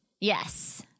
Yes